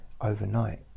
overnight